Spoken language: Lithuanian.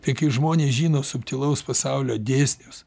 tai kai žmonės žino subtilaus pasaulio dėsnius